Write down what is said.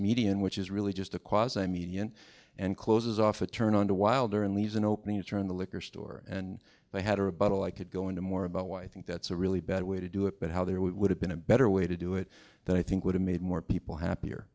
median which is really just a cause i mean and closes off a turn on to wilder and leaves an opening to turn the liquor store and they had a rebuttal i could go into more about why i think that's a really bad way to do it but how there would have been a better way to do it that i think would have made more people happier